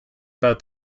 about